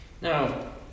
Now